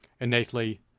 innately